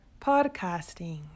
podcasting